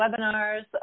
webinars